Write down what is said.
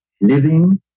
Living